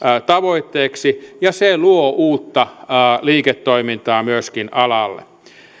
tavoitteeksi ja se luo uutta liiketoimintaa myöskin alalle